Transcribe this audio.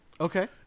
Okay